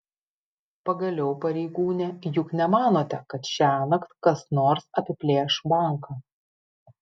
pagaliau pareigūne juk nemanote kad šiąnakt kas nors apiplėš banką